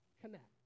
connect